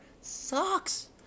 sucks